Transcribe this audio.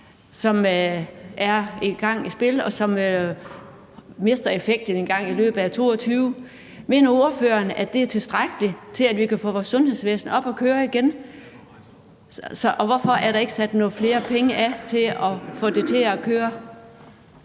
som er i spil, og som mister effekten engang i løbet af 2022. Mener ordføreren, at det er tilstrækkeligt til, at vi kan få vores sundhedsvæsen op at køre igen? Og hvorfor er der ikke sat nogle flere penge af til at få det til at køre?